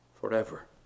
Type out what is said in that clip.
forever